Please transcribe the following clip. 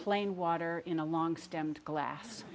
plain water in a long stemmed glass